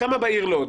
כמה בעיר לוד?